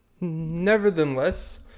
nevertheless